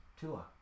Tua